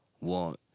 want